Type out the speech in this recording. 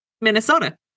Minnesota